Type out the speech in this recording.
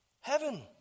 Heaven